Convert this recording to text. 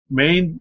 main